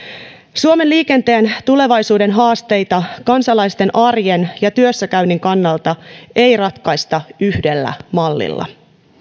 suomen liikenteen tulevaisuuden haasteita kansalaisten arjen ja työssäkäynnin kannalta ei ratkaista yhdellä mallilla